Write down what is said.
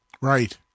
Right